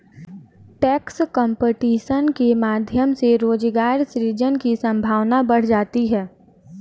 tax competition के माध्यम से रोजगार सृजन की संभावना बढ़ जाती है